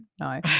no